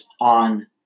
on